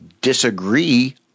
disagree